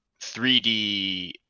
3d